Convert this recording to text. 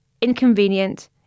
inconvenient